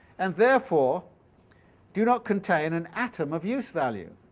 and therefore do not contain an atom of use-value.